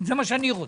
זה מה שאני רוצה,